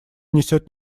несет